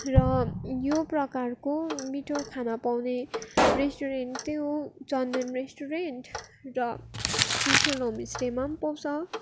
र यो प्रकारको मिठो खाना पाउने रेस्ट्रुरेन्ट चाहिँ हो चन्दन रेस्ट्रुरेन्ट र फिसल होमस्टेमा पनि पाउँछ